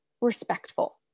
respectful